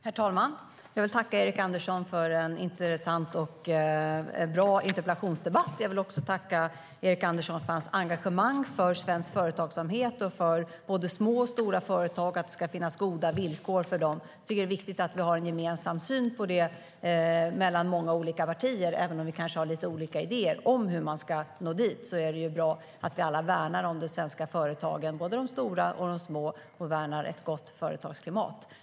Herr talman! Jag vill tacka Erik Andersson för en intressant och bra interpellationsdebatt. Jag vill också tacka Erik Andersson för hans engagemang i frågor om svensk företagsamhet och för goda villkor för både små och stora företag. Det är viktigt att vi har en gemensam syn i dessa frågor mellan många olika partier. Även om vi har lite olika idéer om hur vi ska nå dit är det bra att vi alla värnar om de svenska företagen, både stora och små, och ett gott företagsklimat.